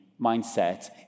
mindset